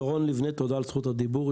תודה על זכות הדיבור.